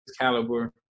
caliber